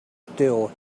still